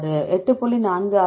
46 8